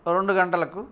రెండు గంటలకు